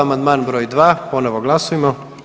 Amandman broj 2. ponovno glasujmo.